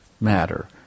matter